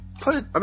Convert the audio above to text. Put